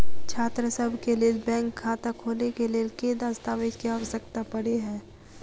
छात्रसभ केँ लेल बैंक खाता खोले केँ लेल केँ दस्तावेज केँ आवश्यकता पड़े हय?